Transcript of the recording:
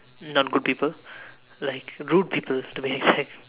not good people like rude people to be exact